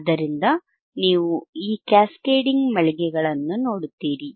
ಆದ್ದರಿಂದ ನೀವು ಈ ಕ್ಯಾಸ್ಕೇಡಿಂಗ್ ಮಳಿಗೆಗಳನ್ನು ನೋಡುತ್ತೀರಿ